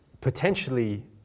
potentially